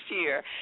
year